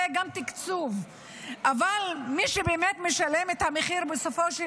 אבל בפועל הם לא נמצאים בין כותלי